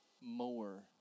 more